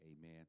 Amen